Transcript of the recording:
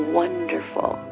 wonderful